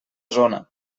zona